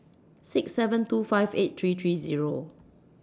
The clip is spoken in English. six seven two five eight three three Zero